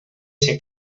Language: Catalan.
ser